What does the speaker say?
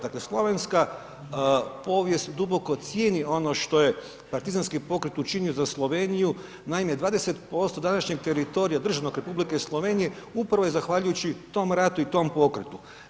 Dakle, Slovenska povijest duboko cijeni ono što je partizanski pokret učinio za Sloveniju, naime 20% današnjeg teritorija državnog Republike Slovenije upravo za zahvaljujući tom ratu i tom pokretu.